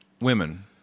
Women